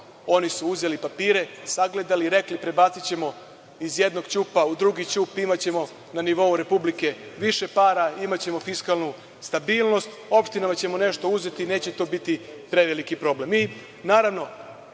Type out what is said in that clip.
su uzeli papire, sagledali, rekli prebacićemo iz jednog ćupa u drugi ćup, imaćemo na nivou Republike više param, imaćemo fiskalnu stabilnost, opštinama ćemo nešto uzeti, neće to biti preveliki problem. Naravno,